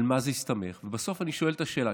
על מה זה הסתמך, ובסוף אני שואל את השאלה.